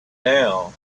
now